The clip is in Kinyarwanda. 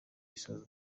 isoza